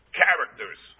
characters